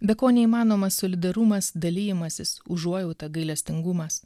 be ko neįmanomas solidarumas dalijimasis užuojauta gailestingumas